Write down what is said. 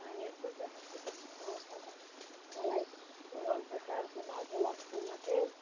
घरको कहानीहरू कस्तो छ त्यस्तो कहानी आउँछ मलाई मनपर्छ अब त्यो भाग्यलक्ष्मीमा चाहिँ